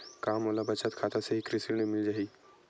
का मोला बचत खाता से ही कृषि ऋण मिल जाहि?